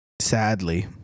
sadly